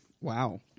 Wow